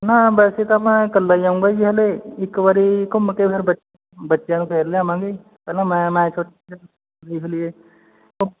ਨਾ ਵੈਸੇ ਤਾਂ ਮੈਂ ਇਕੱਲਾ ਹੀ ਆਊਂਗਾ ਜੀ ਹਲੇ ਇੱਕ ਵਾਰੀ ਘੁੰਮ ਕੇ ਫਿਰ ਬੱ ਬੱਚਿਆਂ ਨੂੰ ਫਿਰ ਲਿਆਵਾਂਗੇ ਪਹਿਲਾਂ ਮੈਂ ਮੈਂ ਸੋਚਿਆ ਦੇਖ ਲਈਏ